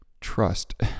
trust